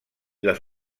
les